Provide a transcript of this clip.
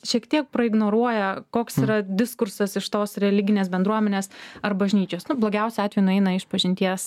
šiek tiek praignoruoja koks yra diskursas iš tos religinės bendruomenės ar bažnyčios nu blogiausiu atveju nueina išpažinties